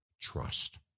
trust